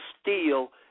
steel